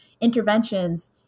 interventions